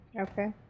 Okay